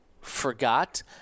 forgot